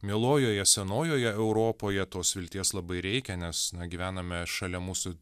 mielojoje senojoje europoje tos vilties labai reikia nes na gyvename šalia mūsų